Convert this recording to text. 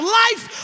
life